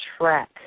track